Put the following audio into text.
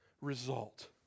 result